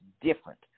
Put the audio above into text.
different